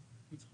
אני רק אגיד שלא